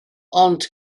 ond